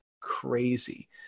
crazy